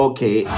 Okay